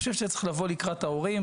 אני חושב שצריך לבוא לקראת ההורים,